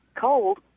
cold